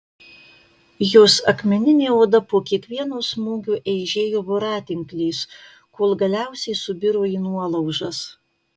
jos akmeninė oda po kiekvieno smūgio eižėjo voratinkliais kol galiausiai subiro į nuolaužas